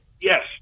Yes